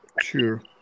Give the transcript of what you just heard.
Sure